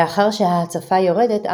לאחר שההצפה יורדת,